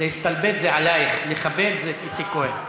להסתלבט, זה עלייך, לכבד, זה את איציק כהן.